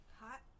Hot